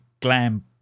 glam